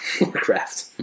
Warcraft